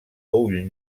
ull